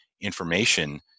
information